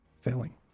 failing